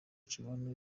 kiganiro